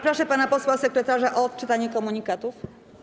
Proszę panią poseł sekretarz o odczytanie komunikatów.